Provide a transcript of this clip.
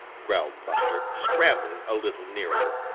growled buster, scrambling a little nearer.